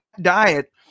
diet